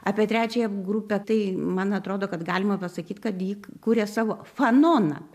apie trečiąją grupę tai man atrodo kad galima pasakyt kad jį kuria savo fanoną